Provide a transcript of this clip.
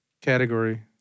category